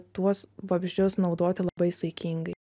tuos vabzdžius naudoti labai saikingai